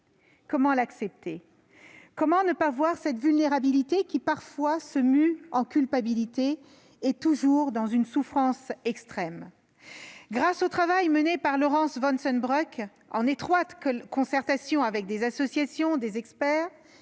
comment l'accepter ? Comment ne pas voir cette vulnérabilité qui se mue parfois en culpabilité, toujours dans une souffrance extrême ? Grâce au travail mené par Laurence Vanceunebrock, en étroite concertation avec des associations, des experts,